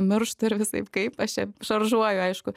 mirštu ir visaip kaip aš čia šaržuoju aišku